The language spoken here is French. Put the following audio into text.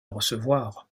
recevoir